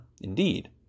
indeed